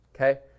okay